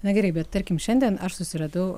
na gerai bet tarkim šiandien aš susiradau